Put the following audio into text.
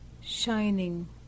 shining